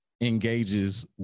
engages